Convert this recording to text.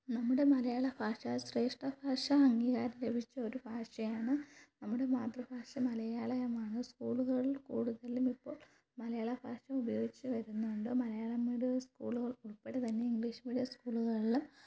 നമ്മുടെ മലയാള ഭാഷ ശ്രേഷ്ഠ ഭാഷ അംഗീകാരം ലഭിച്ച ഒരു ഭാഷയാണ് നമ്മുടെ മാതൃഭാഷ മലയാളമാണ് സ്കൂളുകളിൽ കൂടുതലും ഇപ്പോൾ മലയാളഭാഷ ഉപയോഗിച്ച് വരുന്നുണ്ട് മലയാളം മീഡിയം സ്കൂളുകള് ഉള്പ്പെടെ തന്നെ ഇംഗ്ലീഷ് മീഡിയം സ്കൂളുകളിലും